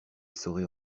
saurait